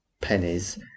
pennies